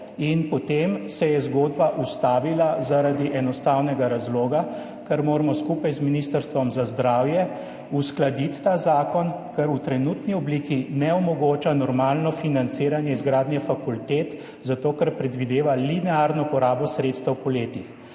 in potem se je zgodba ustavila zaradi enostavnega razloga – ker moramo skupaj z Ministrstvom za zdravje uskladiti ta zakon, ker v trenutni obliki ne omogoča normalnega financiranja izgradnje fakultet, zato ker predvideva linearno porabo sredstev po letih.